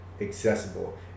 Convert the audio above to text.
accessible